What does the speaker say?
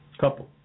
Couple